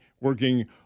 working